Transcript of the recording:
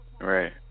Right